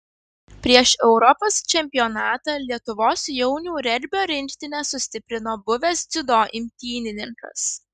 prieš europos čempionatą lietuvos jaunių regbio rinktinę sustiprino buvęs dziudo imtynininkas